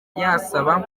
yasaba